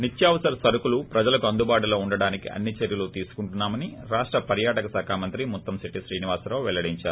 నిత్యవసర సరకులు ప్రజలకు అందుబాటులో ఉంచడానికి అన్ని చర్యలు తీసుకుంటున్నామని రాష్ట పర్యాటక శాఖ మంత్రి ముత్తంశెట్టి శ్రీనివాసరావు వెల్లడిందారు